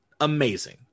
amazing